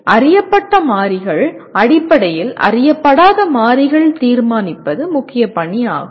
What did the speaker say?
எனவே அறியப்பட்ட மாறிகள் அடிப்படையில் அறியப்படாத மாறிகள் தீர்மானிப்பது முக்கிய பணி ஆகும்